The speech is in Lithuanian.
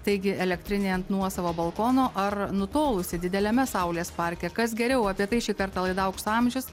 taigi elektrinė ant nuosavo balkono ar nutolusi dideliame saulės parke kas geriau apie tai šį kartą laida aukso amžius